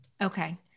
Okay